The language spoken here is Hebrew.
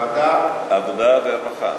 לוועדת העבודה, הרווחה